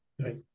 Right